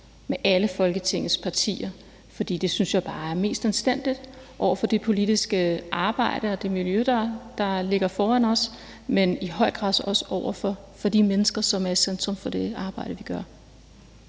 med alle Folketingets partier. For det synes jeg bare er mest anstændigt i forhold tildet politiske arbejde og det miljø, der ligger foran os, og i høj grad også i forhold til de mennesker, som er i centrum for det arbejde, vi gør.